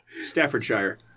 Staffordshire